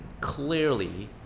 clearly